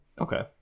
Okay